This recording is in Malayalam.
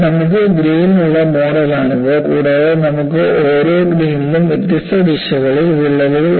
നമുക്ക് ഗ്രേനുള്ള മോഡലാണിത് കൂടാതെ നമുക്ക് ഓരോ ഗ്രേനിലും വ്യത്യസ്ത ദിശകളിലേക്ക് വിള്ളലുകൾ ഉണ്ട്